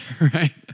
right